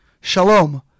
shalom